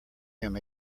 him